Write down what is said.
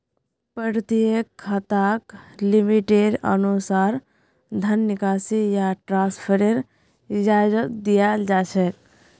प्रत्येक खाताक लिमिटेर अनुसा र धन निकासी या ट्रान्स्फरेर इजाजत दीयाल जा छेक